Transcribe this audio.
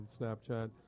Snapchat